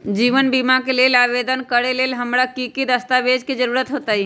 जीवन बीमा के लेल आवेदन करे लेल हमरा की की दस्तावेज के जरूरत होतई?